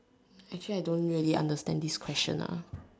actually I don't really understand this question ah